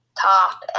top